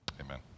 amen